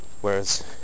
Whereas